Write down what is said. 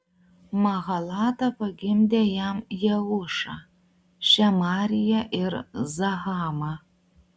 mahalata pagimdė jam jeušą šemariją ir zahamą